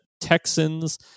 Texans